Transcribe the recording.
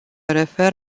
refer